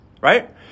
Right